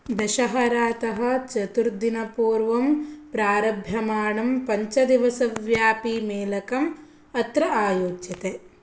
दशहरातः चतुर्दिनपूर्वं प्रारभ्यमाणं पञ्चदिवसव्यापी मेलकम् अत्र आयोज्यते